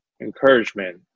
encouragement